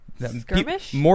Skirmish